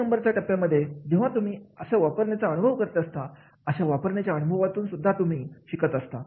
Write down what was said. तीन नंबरचा टप्प्यांमध्ये जेव्हा तुम्ही असा वापरण्याचा अनुभव करत असता अशा वापरण्याच्या अनुभवातून सुद्धा तुम्ही शिकत असता